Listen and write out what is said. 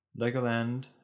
Legoland